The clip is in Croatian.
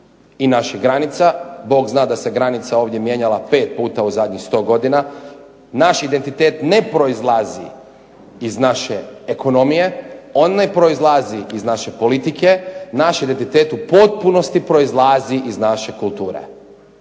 i naših granica. Bog zna da se granica ovdje mijenjala pet puta u zadnjih 100 godina. Naš identitet ne proizlazi iz naše ekonomije, on ne proizlazi iz naše politike, naš identitet u potpunosti proizlazi iz naše kulture.